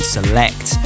Select